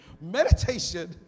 Meditation